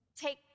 take